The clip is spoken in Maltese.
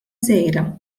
żgħira